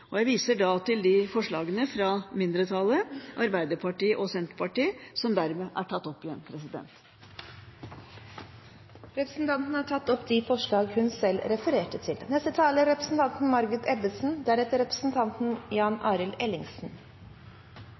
lovverket. Jeg viser til forslagene fra mindretallet, Arbeiderpartiet og Senterpartiet, som hermed er tatt opp. Representanten Lise Wiik har tatt opp de forslagene hun refererte til.